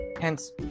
hence